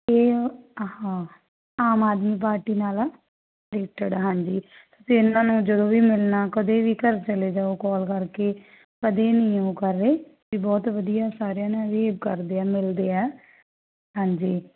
ਅਤੇ ਅ ਹਾਂ ਆਮ ਆਦਮੀ ਪਾਰਟੀ ਨਾਲ ਰਿਲੇਟਡ ਹਾਂਜੀ ਅਤੇ ਇਹਨਾਂ ਨੂੰ ਜਦੋਂ ਵੀ ਮਿਲਣਾ ਕਦੇ ਵੀ ਘਰ ਚਲੇ ਜਾਓ ਕਾਲ ਕਰਕੇ ਕਦੇ ਨਹੀਂ ਉਹ ਕਰ ਰਹੇ ਇਹ ਬਹੁਤ ਵਧੀਆ ਸਾਰਿਆਂ ਨਾਲ ਬੀਹੇਵ ਕਰਦੇ ਆ ਮਿਲਦੇ ਆ ਹਾਂਜੀ